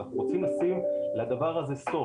אנחנו רוצים לשים לדבר הזה סוף,